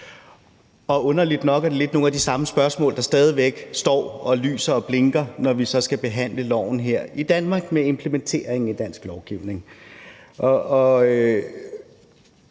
og underligt nok er det nogle af de samme spørgsmål, som stadig står og lyser og blinker, når vi så skal behandle loven her i Danmark med implementeringen i dansk lovgivning.